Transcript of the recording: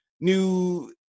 new